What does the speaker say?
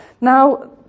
Now